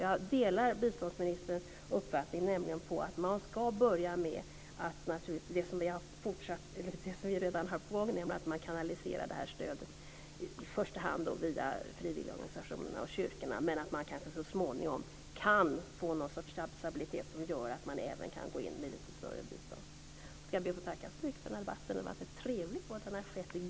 Jag delar biståndsministerns uppfattning att man ska börja med det som vi redan har på gång, nämligen att kanalisera stödet i första hand via frivilligorganisationerna och kyrkorna, men att man så småningom kan få någon sorts stabilitet som gör att vi även kan gå in med lite större bistånd. Jag ska be att få tacka så mycket för debatten. Den har förts i god anda, och det är alltid trevligt.